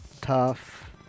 tough